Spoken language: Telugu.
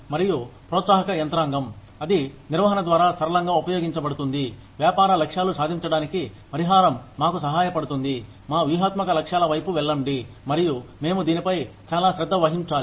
మరియు ప్రోత్సాహక యంత్రాంగం అది నిర్వహణ ద్వారా సరళంగా ఉపయోగించబడుతుంది వ్యాపార లక్ష్యాలు సాధించడానికి పరిహారం మాకు సహాయపడుతుంది మా వ్యూహాత్మక లక్ష్యాల వైపు వెళ్ళండి మరియు మేము దీనిపై చాలా శ్రద్ధ వహించాలి